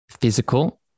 physical